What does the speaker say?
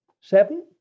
seven